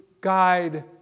guide